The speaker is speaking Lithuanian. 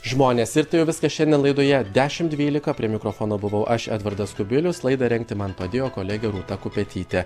žmonės ir tai jau viskas šiandien laidoje dešimt dvylika prie mikrofono buvau aš edvardas kubilius laidą rengti man padėjo kolegė rūta kupetytė